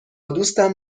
دوستم